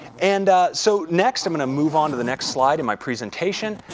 and so, next, i'm going to move on to the next slide in my presentation.